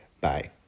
Bye